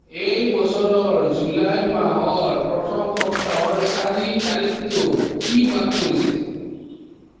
এই বছৰৰ জুলাই মাহৰ প্ৰথম সপ্তাহৰ চাৰি তাৰিখটো কি বাৰ পৰিছে